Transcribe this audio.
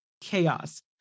chaos